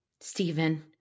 Stephen